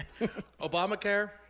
Obamacare